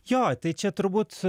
jo tai čia turbūt